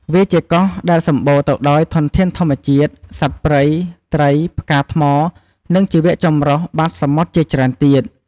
វាជាកោះដែលសម្បូរទៅដោយធនធានធម្មជាតិ សត្វព្រៃ ត្រី ផ្កាថ្ម និងជីវៈចម្រុះបាតសមុទ្រជាច្រើនទៀត។